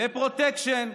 לפרוטקשן,